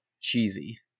Cheesy